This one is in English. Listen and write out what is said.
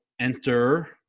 enter